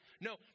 No